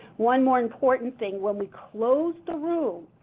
one more important thing, when we close the room,